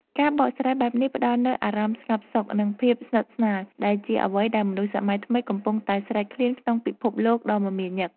ការបកស្រាយបែបនេះផ្តល់នូវអារម្មណ៍ស្ងប់សុខ និងភាពស្និទ្ធស្នាល ដែលជាអ្វីដែលមនុស្សសម័យថ្មីកំពុងតែស្រេកឃ្លានក្នុងពិភពលោកដ៏មមាញឹក។